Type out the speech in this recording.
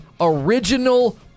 original